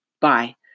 Bye